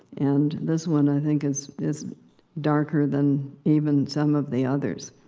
and this one, i think, is is darker than even some of the others.